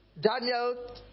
Daniel